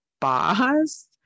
boss